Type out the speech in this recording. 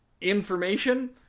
information